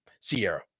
Sierra